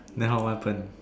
then how what happen